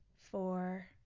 four